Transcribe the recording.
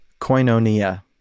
koinonia